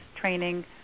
training